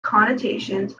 connotations